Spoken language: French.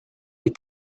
est